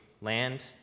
land